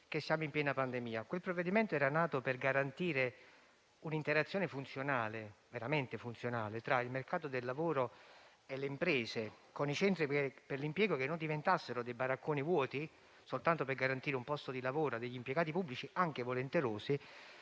siamo in piena pandemia; quel provvedimento era nato per garantire un'interazione funzionale (veramente funzionale) tra il mercato del lavoro e le imprese, con i centri per l'impiego che non diventassero dei baracconi vuoti, soltanto per garantire un posto di lavoro a degli impiegati pubblici anche volenterosi,